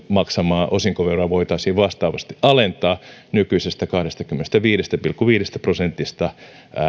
maksamaa osinkoveroa voitaisiin vastaavasti alentaa nykyisestä kahdestakymmenestäviidestä pilkku viidestä prosentista